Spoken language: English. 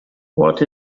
what